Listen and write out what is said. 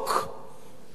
כי זאת הצביעות.